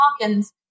Hawkins